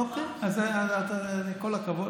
אוקיי, אז כל הכבוד.